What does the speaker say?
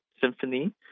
symphony